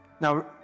Now